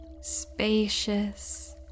spacious